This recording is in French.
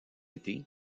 été